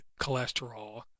cholesterol